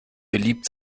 beliebt